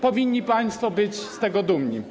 Powinni państwo być z tego dumni.